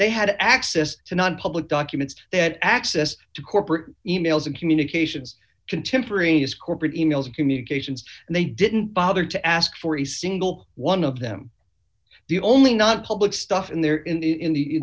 they had access to nonpublic documents they had access to corporate emails and communications contemporaneous corporate e mails communications and they didn't bother to ask for a single one of them the only not public stuff in there in the in the